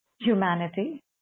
humanity